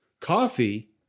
Coffee